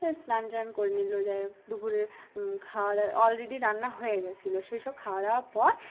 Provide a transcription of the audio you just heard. স্নান টান করে নিল যাই দুপুরে খাওয়া দাওয়া অলরেডি রান্না হয়ে গেছিলো সেই সব খাওয়া দাওয়ার পর